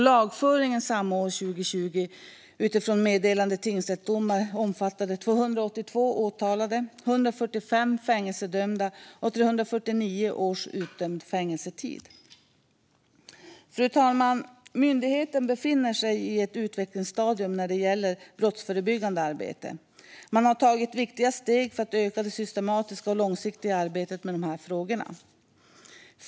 Lagföringen utifrån meddelade tingsrättsdomar samma år omfattade 282 åtalade, 145 fängelsedömda och 349 år i utdömd fängelsetid. Fru talman! Myndigheten befinner sig i ett utvecklingsstadium när det gäller brottsförebyggande arbete. Man har tagit viktiga steg för att öka det systematiska och långsiktiga arbetet med dessa frågor.